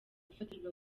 gufatirwa